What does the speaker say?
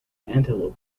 antelope